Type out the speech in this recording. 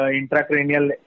intracranial